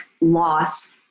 loss